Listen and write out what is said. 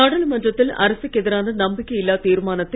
நாடாளுமன்றத்தில் அரசுக்கு எதிரான நம்பிக்கை இல்லாத் தீர்மானத்தை